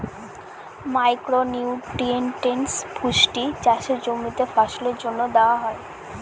micro nutrients পুষ্টি চাষের জমিতে ফসলের জন্য দেওয়া হয়